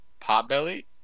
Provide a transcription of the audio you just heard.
Potbelly